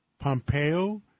Pompeo